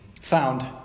found